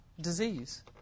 disease